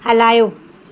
हलायो